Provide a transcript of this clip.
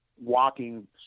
walking